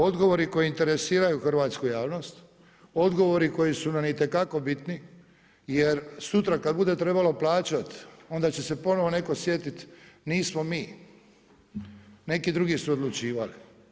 Odgovori koji interesiraju hrvatsku javnost, odgovori koji su nam itekako bitni jer sutra kad bude trebalo plaćati onda će se ponovno netko sjetiti, nismo mi, neki drugi su odlučivali.